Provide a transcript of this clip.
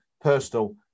personal